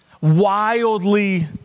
wildly